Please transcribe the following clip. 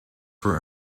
for